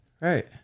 Right